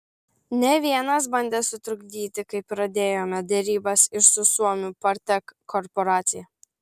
ne vienas bandė sutrukdyti kai pradėjome derybas ir su suomių partek korporacija